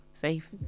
safe